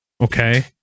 okay